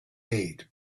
made